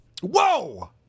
Whoa